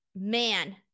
Man